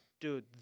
Dude